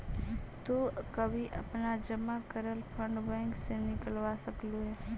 तु कभी अपना जमा करल फंड बैंक से निकलवा सकलू हे